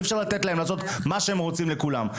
אי אפשר לתת להם לעשות מה שהם רוצים לכולם.